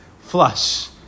flush